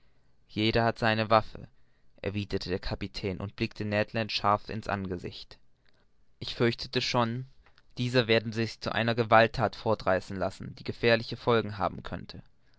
jeder hat seine waffe erwiderte der kapitän und blickte ned land scharf in's angesicht ich fürchtete schon dieser werde sich zu einer gewaltthat fortreißen lassen die gefährliche folgen haben könnte